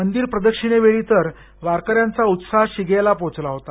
मंदिर प्रदक्षिणे वेळी तर वारक यांचा उत्साह शिगेला पोहोचला होता